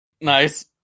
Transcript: nice